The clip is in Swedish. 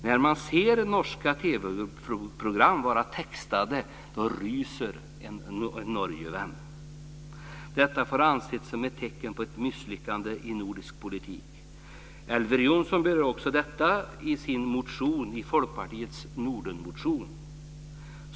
När man ser norska TV-program textade ryser en Norgevän. Detta får anses som ett tecken på ett misslyckande i nordisk politik. Elver Jonsson berör detta i Folkpartiets Nordenmotion.